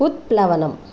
उत्प्लवनम्